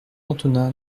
antonin